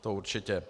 To určitě.